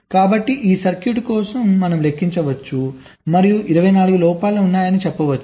కాబట్టి ఈ సర్క్యూట్ కోసం మనం లెక్కించవచ్చు మరియు 24 లోపాలు ఉన్నాయని చెప్పవచ్చు